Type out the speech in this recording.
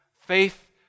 faith